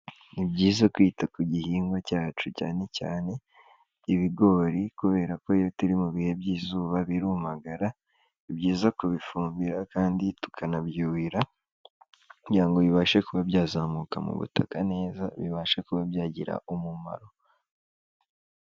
Ni byiza kwita ku gihingwa cyacu cyane cyane ibigori kubera ko iyo turi mu bihe by'izuba birumagara, ni byiza kubifumbira kandi tukanabyuhira kugira ngo bibashe kuba byazamuka mu butaka neza, bibashe kuba byagira umumaro.